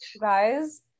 Guys